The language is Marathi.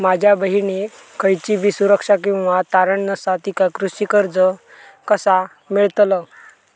माझ्या बहिणीक खयचीबी सुरक्षा किंवा तारण नसा तिका कृषी कर्ज कसा मेळतल?